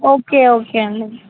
okay okay అండి